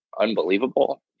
unbelievable